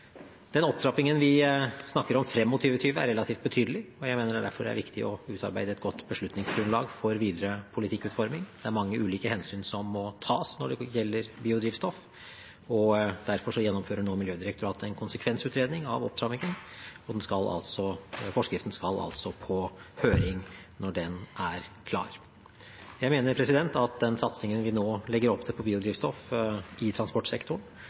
Opptrappingen vi snakker om frem mot 2020, er relativt betydelig, og jeg mener det derfor er viktig å utarbeide et godt beslutningsgrunnlag for videre politikkutforming. Det er mange ulike hensyn som må tas når det gjelder biodrivstoff, og derfor gjennomfører Miljødirektoratet nå en konsekvensutredning av opptrappingen, og forskriften skal på høring når den er klar. Jeg mener at den satsingen vi nå legger opp til på biodrivstoff i transportsektoren,